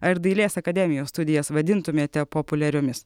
ar dailės akademijos studijas vadintumėte populiariomis